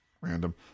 random